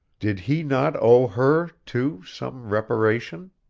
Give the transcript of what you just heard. did he not owe her, too, some reparation?